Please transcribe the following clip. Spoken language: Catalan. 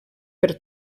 per